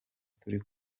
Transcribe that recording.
turi